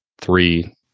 three